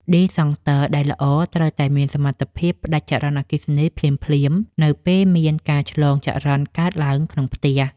ឌីសង់ទ័រដែលល្អត្រូវតែមានសមត្ថភាពផ្តាច់ចរន្តអគ្គិសនីភ្លាមៗនៅពេលមានការឆ្លងចរន្តកើតឡើងក្នុងផ្ទះ។